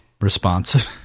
response